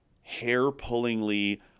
hair-pullingly